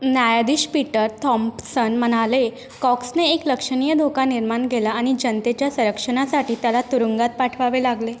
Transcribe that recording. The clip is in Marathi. न्यायाधीश पीटर थॉम्पसन म्हणाले कॉक्सने एक लक्षणीय धोका निर्माण केला आणि जनतेच्या संरक्षणासाठी त्याला तुरुंगात पाठवावे लागले